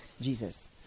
Jesus